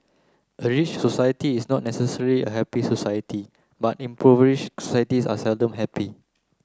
a rich society is not necessarily a happy society but impoverish societies are seldom happy